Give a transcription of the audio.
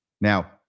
Now